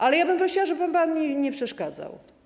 Ale ja bym prosiła, żeby pan mi nie przeszkadzał.